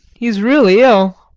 he is really ill.